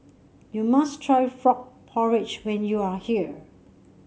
you must try Frog Porridge when you are here